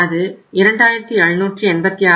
அது 2786